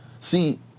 See